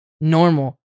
normal